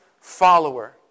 follower